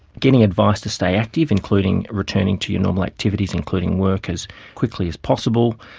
getting advice to stay active, including returning to your normal activities, including work, as quickly as possible,